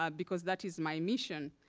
ah because that is my mission.